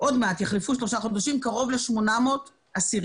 עוד מעט יחלפו שלושה חודשים קרוב ל-800 אסירים.